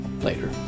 later